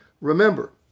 remember